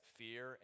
fear